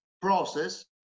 process